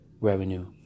revenue